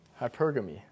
Hypergamy